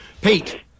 Pete